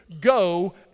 go